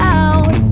out